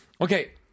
Okay